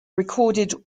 recorded